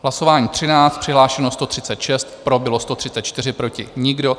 Hlasování 13, přihlášeno 136, pro bylo 134, proti nikdo.